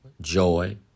joy